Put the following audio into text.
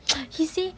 he say